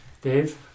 dave